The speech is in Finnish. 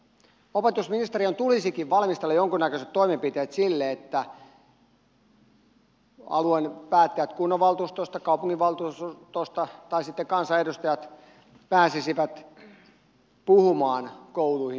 opetusministeriön tulisikin valmistella jonkunnäköiset toimenpiteet sille että alueen päättäjät kunnanvaltuustosta kaupunginvaltuustosta tai sitten kansanedustajat pääsisivät puhumaan kouluihin